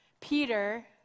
Peter